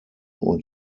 und